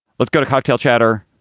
let's go to cocktail chatter